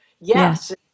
Yes